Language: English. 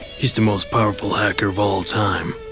he's the most powerful hacker all time.